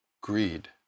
greed